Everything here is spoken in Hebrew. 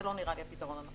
זה לא נראה לי הפתרון הנכון.